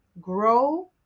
grow